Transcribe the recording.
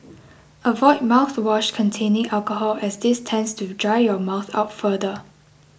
avoid mouthwash containing alcohol as this tends to dry your mouth out further